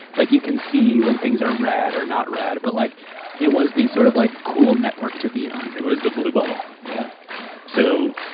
like you can see when things are read or not read. but like it was the sort of like cool network to be on. it was the blue bubble. yeah so,